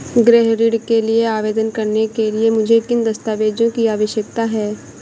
गृह ऋण के लिए आवेदन करने के लिए मुझे किन दस्तावेज़ों की आवश्यकता है?